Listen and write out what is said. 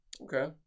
Okay